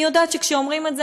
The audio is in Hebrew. אני יודעת שכשאומרים את זה,